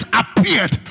appeared